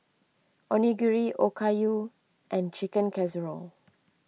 Onigiri Okayu and Chicken Casserole